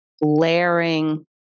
layering